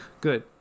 good